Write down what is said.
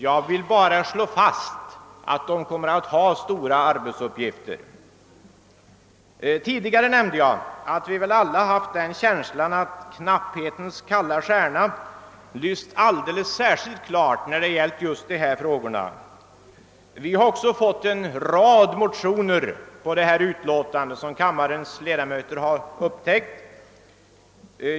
Jag vill bara slå fast att det kommer att ha stora arbetsuppgifter. Tidigare nämnde jag att vi väl alla har haft den känslan, att knapphetens kalla stjärna lyst alldeles särskilt klart vad beträffar dessa frågor. Vi har också haft en rad motioner att behandla i detta utlåtande, så som kammarens ledamöter har upptäckt.